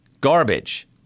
garbage